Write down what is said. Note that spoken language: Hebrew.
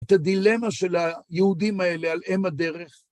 את הדילמה של היהודים האלה על אם הדרך.